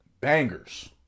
bangers